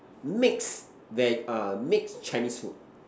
mix veg ah mixed Chinese food